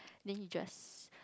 then you just